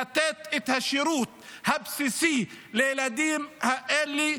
לתת את השירות הבסיסי לילדים האלה,